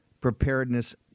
preparedness